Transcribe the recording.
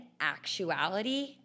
actuality